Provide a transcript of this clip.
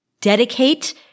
Dedicate